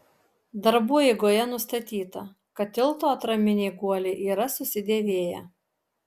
darbų eigoje nustatyta kad tilto atraminiai guoliai yra susidėvėję